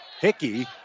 Hickey